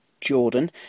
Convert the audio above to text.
Jordan